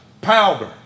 powder